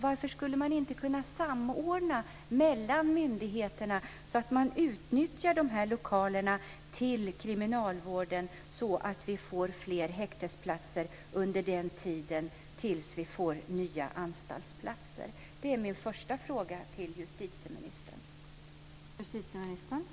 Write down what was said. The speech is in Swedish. Varför skulle man inte kunna samordna mellan myndigheterna och utnyttja de här lokalerna till kriminalvården så att vi får fler häktesplatser fram till dess att vi får nya anstaltsplatser? Det är min första fråga till justitieministern.